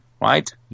right